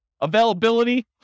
Availability